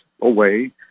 away